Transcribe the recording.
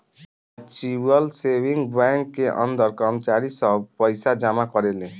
mutual saving bank के अंदर कर्मचारी सब पइसा जमा करेले